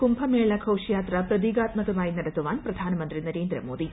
കുംഭമേള ഘോഷയാത്ര്യ പ്രിതീകാത്മകമായി നടത്തുവാൻ പ്രധാനമന്ത്രി നര്യേന്ദ്രമോദി